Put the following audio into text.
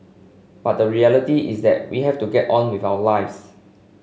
but the reality is that we have to get on with our lives